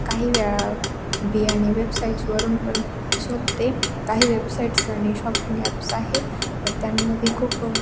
काहीवेळा बियाणे वेबसाईट्सवरून पण शोधते काही वेबसाईट्स आणि शॉपिंग ॲप्स आहे त्यांमध्ये खूप